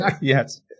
Yes